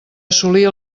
assolir